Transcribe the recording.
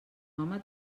home